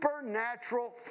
supernatural